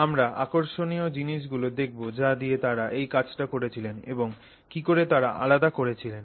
আমরা আকর্ষণীয় জিনিস গুলো দেখবো যা দিয়ে তারা এই কাজটা করেছিলেন এবং কিকরে তারা আলাদা করেছিলেন